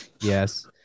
Yes